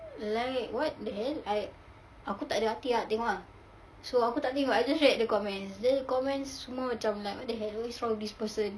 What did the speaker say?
like what the hell I aku takde hati ah nak tengok ah so aku tak tengok I just read the comments then the comments semua macam like what the hell is wrong with this person